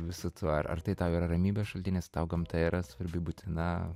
visu tuo ar ar tai tau yra ramybės šaltinis tau gamta yra svarbi būtina